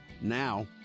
now